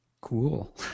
Cool